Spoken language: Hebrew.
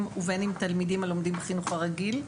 ובין אם תלמידים הלומדים בחינוך הרגיל,